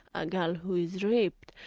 a girl who is raped.